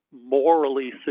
morally